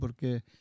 porque